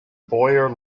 boyer